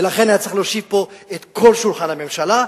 ולכן היה צריך להושיב פה ליד השולחן את כל הממשלה,